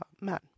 men